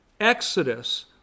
Exodus